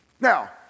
Now